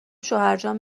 شوهرجان